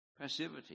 passivity